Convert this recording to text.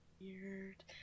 weird